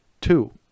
Two